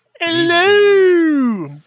Hello